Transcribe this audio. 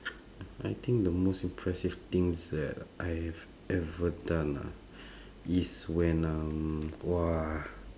uh I think the most impressive things that I've ever done ah is when um !whoa!